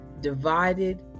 divided